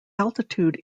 altitude